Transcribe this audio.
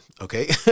Okay